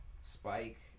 Spike